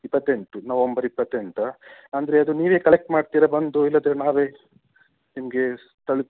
ಇಪ್ಪತ್ತೆಂಟು ನವಂಬರ್ ಇಪ್ಪತ್ತೆಂಟ ಅಂದರೆ ಅದು ನೀವೇ ಕಲೆಕ್ಟ್ ಮಾಡ್ತೀರಾ ಬಂದು ಇಲ್ಲಾಂದ್ರೆ ನಾವೇ ನಿಮಗೆ ತಲ್